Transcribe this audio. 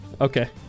Okay